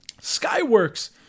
Skyworks